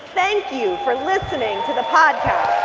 thank you for listening to the podcast